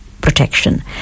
protection